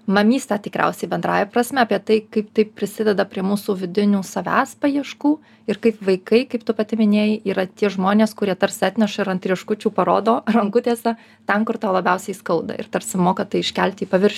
mamystę tikriausiai bendrąja prasme apie tai kaip tai prisideda prie mūsų vidinių savęs paieškų ir kaip vaikai kaip tu pati minėjai yra tie žmonės kurie tarsi atneša ir ant rieškučių parodo rankutėse ten kur tau labiausiai skauda ir tarsi moka tai iškelti į pavirš